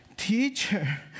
Teacher